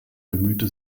bemühte